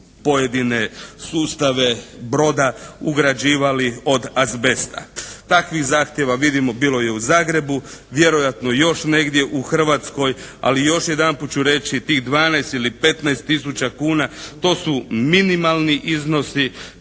pojedine sustave broda ugrađivali od azbesta. Takvih zahtjeva vidimo bilo je u Zagrebu, vjerojatno još negdje u Hrvatskoj. Ali još jedanput ću reći, tih 12 ili 15 tisuća kuna to su minimalni iznosi,